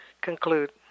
conclude